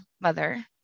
mother